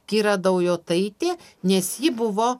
kira daujotaitė nes ji buvo